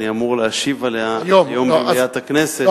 אמור להשיב עליה היום במליאת הכנסת.